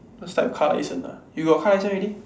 looks like car license ah you got car license already